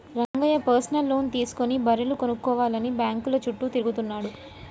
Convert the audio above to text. Rangayya personal loan తీసుకుని బర్రెలు కొనుక్కోవాలని బ్యాంకుల చుట్టూ తిరుగుతున్నాడు